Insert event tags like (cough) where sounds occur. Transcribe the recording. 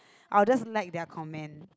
(breath) I will just like their comment